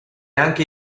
anche